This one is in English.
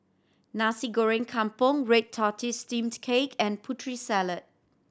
Nasi Goreng Kampung red tortoise steamed cake and Putri Salad